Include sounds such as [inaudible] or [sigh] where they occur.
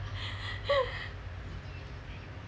[laughs]